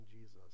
Jesus